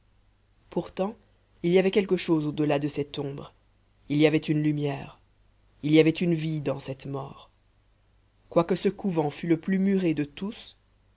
pourtant il y avait quelque chose au delà de cette ombre il y avait une lumière il y avait une vie dans cette mort quoique ce couvent fût le plus muré de tous